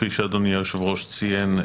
כפי שאדוני היושב-ראש ציין,